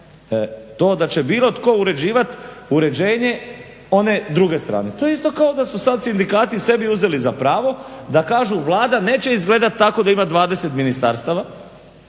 to da će bilo tko uređivat uređenje one druge strane. To je isto kao da su sad sindikati sebi uzeli za pravo da kažu Vlada neće izgledat tako da ima 20 ministarstava,